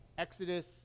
Exodus